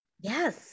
Yes